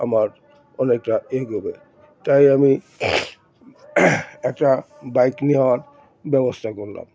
আমার অনেকটা এগোবে তাই আমি একটা বাইক নেওয়ার ব্যবস্থা করলাম